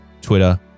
Twitter